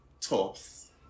tops